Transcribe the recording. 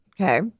okay